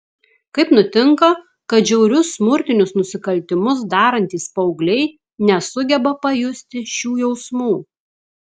kaip nutinka kad žiaurius smurtinius nusikaltimus darantys paaugliai nesugeba pajusti šių jausmų